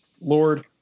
Lord